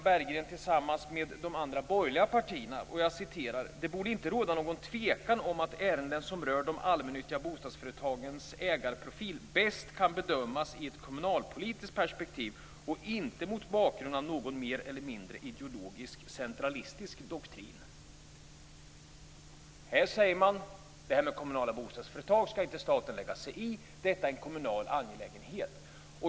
Berggren tillsammans med de andra borgerliga företrädarna: "Det borde inte råda någon tvekan om att ärenden som rör de allmännyttiga bostadsföretagens ägarprofil bäst kan bedömas i ett kommunalpolitiskt perspektiv och inte mot bakgrund av någon mer eller mindre 'ideologisk centralistisk doktrin'." Här säger man att staten inte skall lägga sig i frågan om kommunala bostadsföretag, utan detta är en kommunal angelägenhet.